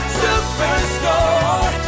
superstore